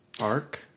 ARK